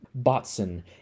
botson